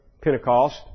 Pentecost